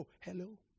Hello